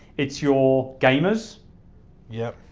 it's your gamers yep.